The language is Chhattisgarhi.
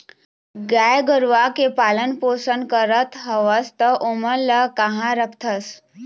गाय गरुवा के पालन पोसन करत हवस त ओमन ल काँहा रखथस?